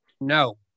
No